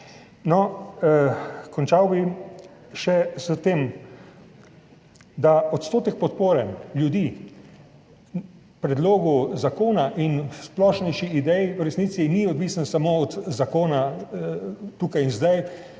Končal bi še s tem, da odstotek podpore ljudi predlogu zakona in splošnejši ideji v resnici ni odvisen samo od zakona tukaj in zdaj.